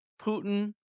Putin